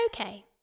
Okay